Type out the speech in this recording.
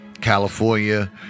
California